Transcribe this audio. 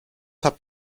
habt